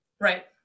Right